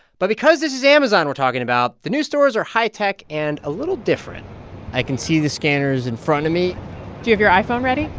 but because this is amazon we're talking about, the new stores are high-tech and a little different i can see the scanners in front of me do you have your iphone ready?